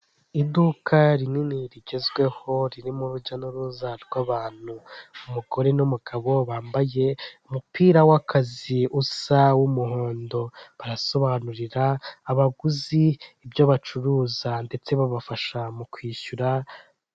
Iduka rinini rigezweho ririmo urujya n'uruza rw'abantu, umugore n'umugabo bambaye umupira w'akazi usa w'umuhondo, barasobanurira abaguzi ibyo bacuruza ndetse babafasha mu kwishyura.